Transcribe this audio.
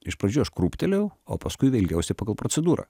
iš pradžių aš krūptelėjau o paskui elgiausi pagal procedūrą